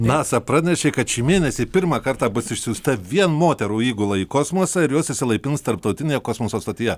nasa pranešė kad šį mėnesį pirmą kartą bus išsiųsta vien moterų įgula į kosmosą ir jos išsilaipins tarptautinėje kosmoso stotyje